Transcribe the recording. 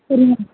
சரிங்க மேம்